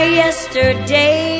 yesterday